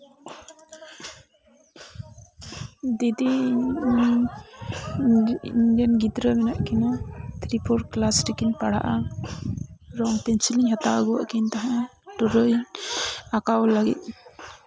ᱫᱤᱫᱤ ᱤᱧ ᱨᱮᱱ ᱜᱤᱫᱽᱨᱟᱹ ᱢᱮᱱᱟᱜ ᱠᱤᱱᱟ ᱛᱷᱨᱤ ᱯᱷᱳᱨ ᱠᱮᱞᱟᱥ ᱨᱮᱠᱤᱱ ᱯᱟᱲᱦᱟᱜᱼᱟ ᱠᱤᱪᱨᱤᱪ ᱤᱧ ᱦᱟᱛᱟᱣ ᱟᱹᱜᱩᱣᱟᱜ ᱠᱤᱱ ᱛᱟᱦᱮᱱᱟ ᱴᱩᱨᱟᱹᱭ ᱟᱸᱠᱟᱣ ᱞᱟᱹᱜᱤᱫ